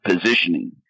positioning